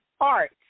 art